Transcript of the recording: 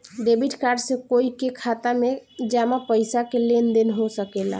debit card से कोई के खाता में जामा पइसा के लेन देन हो सकेला